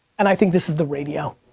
and i think this is the radio.